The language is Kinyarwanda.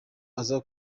aza